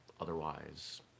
otherwise